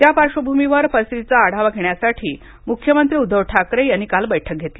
त्या पार्श्वभूमीवर परिस्थितीचा आढावा घेण्यासाठी मुख्यमंत्री उद्दव ठाकरे यांनी काल बैठक घेतली